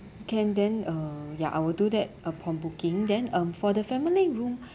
can then uh ya I will do that upon booking then uh for the family room